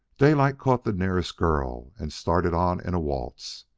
daylight caught the nearest girl and started on in a waltz.